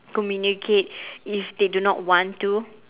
communicate if they do not want to